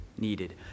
needed